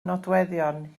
nodweddion